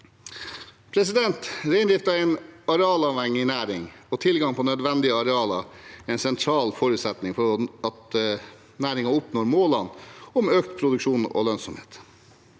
Reindriften er en arealavhengig næring, og tilgang på nødvendige arealer er en sentral forutsetning for at næringen oppnår målene om økt produksjon og lønnsomhet.